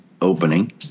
opening